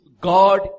God